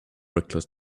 reckless